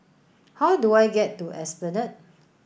how do I get to Esplanade